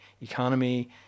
economy